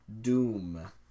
Doom